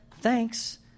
thanks